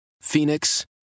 Phoenix